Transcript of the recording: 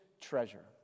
treasure